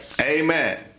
Amen